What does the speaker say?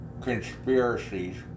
conspiracies